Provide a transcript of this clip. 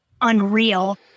unreal